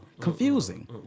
Confusing